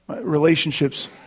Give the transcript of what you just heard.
Relationships